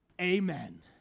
amen